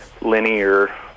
linear